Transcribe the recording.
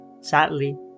Sadly